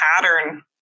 pattern